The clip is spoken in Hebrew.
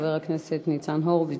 חבר הכנסת ניצן הורוביץ,